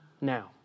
now